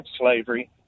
slavery